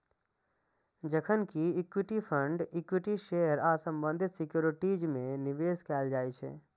जखन कि equity fund equity share आ संबंधित सिक्योरिटीज मे निवेश कैल जाइ छै